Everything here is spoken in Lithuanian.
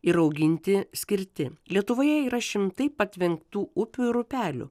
ir auginti skirti lietuvoje yra šimtai patvenktų upių ir upelių